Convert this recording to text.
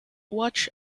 watch